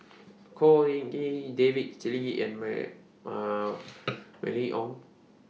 Khor Ean Ghee David Lee and May Mylene Ong